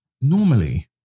normally